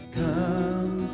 come